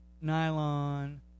nylon